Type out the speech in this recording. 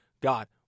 God